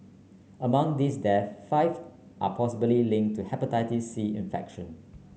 among these deaths five are possibly linked to Hepatitis C infection